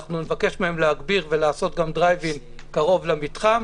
אנחנו נבקש מכם להגביר ולעשות גם דרייב אין קרוב למתחם,